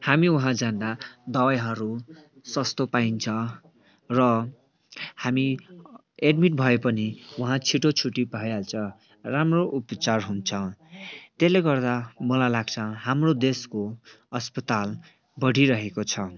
हामी वहाँ जाँदा दबाईहरू सस्तो पाइन्छ र हामी एडमिट भए पनि वहाँ छिटो छुट्टी पाइहाल्छ राम्रो उपचार हुन्छ त्यसले गर्दा मलाई लाग्छ हाम्रो देशको अस्पताल बढिरहेको छ